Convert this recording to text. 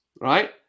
right